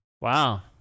Wow